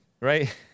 Right